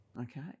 Okay